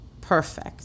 perfect